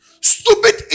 stupid